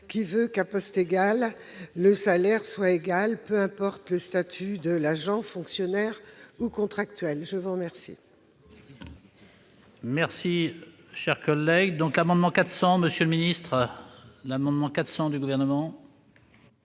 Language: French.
qui veut qu'à poste égal le salaire soit égal, peu importe le statut de l'agent- fonctionnaire ou contractuel. L'amendement